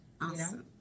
Awesome